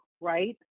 right